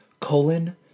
colon